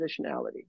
positionality